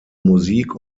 musik